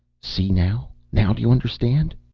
see now? now do you understand?